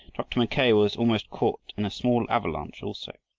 dr. mackay was almost caught in a small avalanche also.